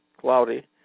cloudy